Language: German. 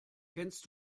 kennst